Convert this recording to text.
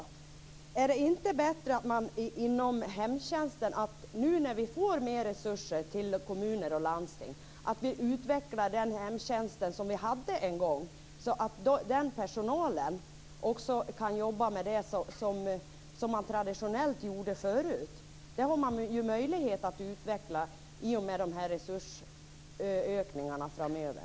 När nu kommuner och landsting får mer resurser, är det då inte bättre att utveckla den hemtjänst som fanns en gång så att hemtjänstpersonalen kan arbeta med det som man traditionellt gjorde förut? Det finns ju möjlighet att utveckla hemtjänsten i och med resursökningarna framöver.